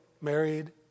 married